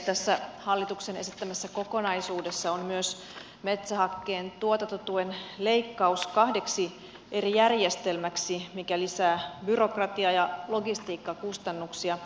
tässä hallituksen esittämässä kokonaisuudessa on myös metsähakkeen tuotantotuen leikkaus kahdeksi eri järjestelmäksi mikä lisää byrokratiaa ja logistiikkakustannuksia